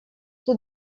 тут